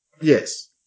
Yes